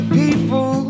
people